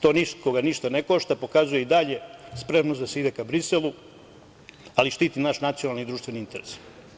To nikoga ništa ne košta pokazuje i dalje spremnost da se ide ka Briselu, ali štiti naš nacionalni i društveni interes.